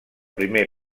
primer